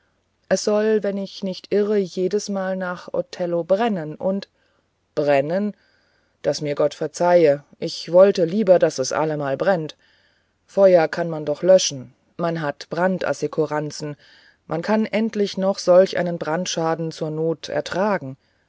es soll wenn ich nicht irre jedesmal nach othello brennen und brennen daß mir gott verzeih ich wollte lieber daß es allemal brennt feuer kann man doch löschen man hat brandassekuranzen man kann endlich noch solch einen brandschaden zur not ertragen